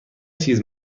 چیز